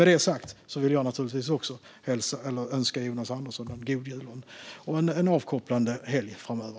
Med det sagt vill jag naturligtvis också önska Jonas Andersson en god jul och en avkopplande helg framöver.